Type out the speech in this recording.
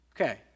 Okay